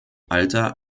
alter